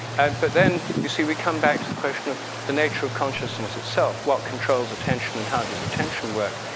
and but then, you see we come back to the question of the nature of consciousness itself. what controls attention and how does attention work?